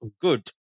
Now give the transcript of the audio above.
good